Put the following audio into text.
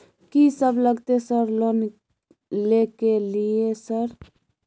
कि सब लगतै सर लोन ले के लिए सर?